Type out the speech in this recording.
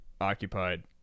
occupied